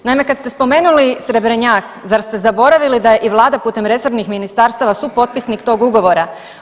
Naime, kad ste spomenuli Srebrnjak zar ste zaboravili da je i vlada putem resornih ministarstava supotpisnik tog ugovora.